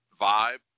vibe